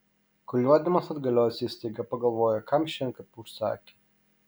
kulniuodamas atgalios jis staiga pagalvojo kam šį antkapį užsakė